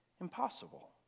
impossible